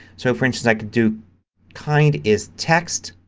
so for instance i can do kind is text.